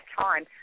time